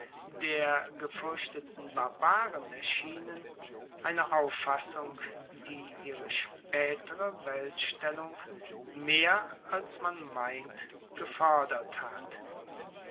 der gefuerchteten barbaren erschienen eine auffassung die ihre spaetere weltstellung mehr als man meint gefoerdert hat